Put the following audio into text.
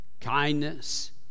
kindness